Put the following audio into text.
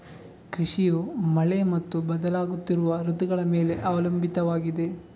ಕೃಷಿಯು ಮಳೆ ಮತ್ತು ಬದಲಾಗುತ್ತಿರುವ ಋತುಗಳ ಮೇಲೆ ಅವಲಂಬಿತವಾಗಿದೆ